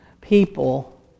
people